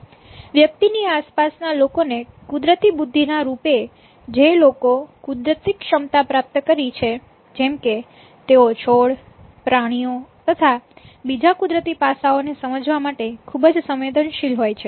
વ્યક્તિની આસપાસ ના લોકો ને કુદરતી બુદ્ધિ ના રૂપે જે લોકો કુદરતી ક્ષમતા પ્રાપ્ત કરી છે જેમકે તેઓ છોડ પ્રાણીઓ તથા બીજા કુદરતી પાસાઓને સમજવા માટે ખૂબ જ સંવેદનશીલ હોય છે